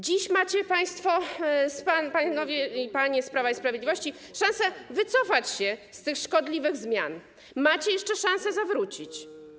Dziś macie państwo, panowie i panie z Prawa i Sprawiedliwości, szansę wycofać się z tych szkodliwych zmian, macie jeszcze szansę zawrócić.